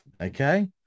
Okay